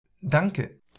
Danke